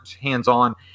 hands-on